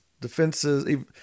defenses